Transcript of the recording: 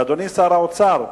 אדוני שר האוצר,